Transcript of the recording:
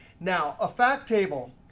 now, a fact table,